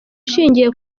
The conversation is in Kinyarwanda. ishingiye